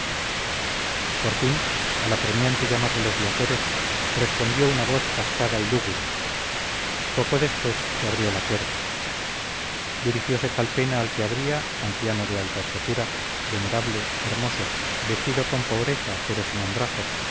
por fin al apremiante llamar de los viajeros respondió una voz cascada y lúgubre poco después se abrió la puerta dirigiose calpena al que abría anciano de alta estatura venerable hermoso vestido con pobreza pero sin andrajos